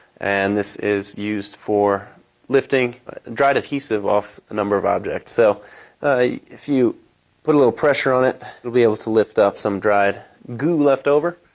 and this is used for lifting dried adhesive off a number of objects. so if you put a little pressure on it you'll be able to lift up some dried goo left over.